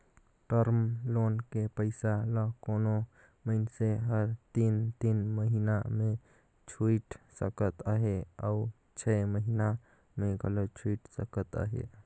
term loan के पइसा ल कोनो मइनसे हर तीन तीन महिना में छुइट सकत अहे अउ छै महिना में घलो छुइट सकत अहे